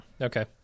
Okay